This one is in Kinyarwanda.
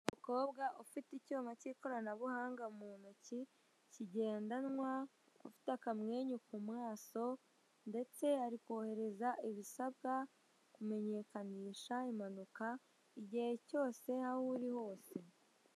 Umukobwa ufite icyuma cy'ikoranabuhanga mu ntoki kigendanwa, ufite akamwenyu ku maso ndetse ari kohereza ibisabwa kumenyekanisha impanuka igihe cyose, aho uri hose.